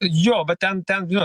jo bet ten ten žinot